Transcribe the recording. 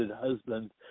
husband